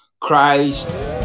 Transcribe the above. christ